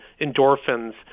endorphins